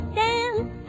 dance